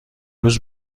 روز